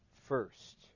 first